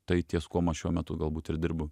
tai ties kuom aš šiuo metu galbūt ir dirbu